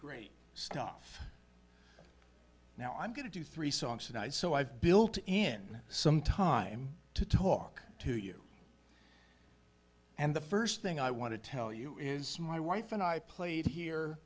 great stuff now i'm going to do three songs tonight so i've built in some time to talk to you and the first thing i want to tell you is my wife and i played here